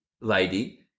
lady